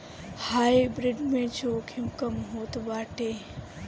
hybrid में जोखिम कम होत बाटे